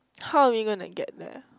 how are we gonna get there